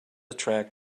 track